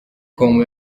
com